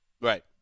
right